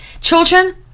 Children